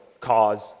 cause